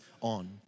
on